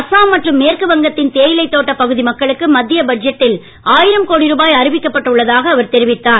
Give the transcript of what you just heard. அஸ்ஸாம் மற்றும் மேற்கு வங்கத்தின் தேயிலைத் தோட்டப் பகுதி மக்களுக்கு மத்திய பட்ஜெட்டில் ஆயிரம் கோடி ரூபாய் அறிவிக்கப்பட்டு உள்ளதாக அவர் தெரிவித்தார்